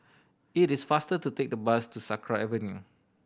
it is faster to take the bus to Sakra Avenue